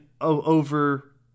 over